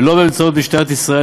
ולא באמצעות משטרת ישראל,